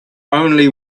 only